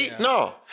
no